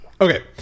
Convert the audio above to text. Okay